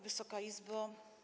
Wysoka Izbo!